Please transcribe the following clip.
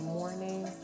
morning